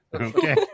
okay